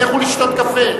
לכו לשתות קפה,